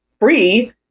free